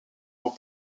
haut